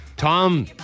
Tom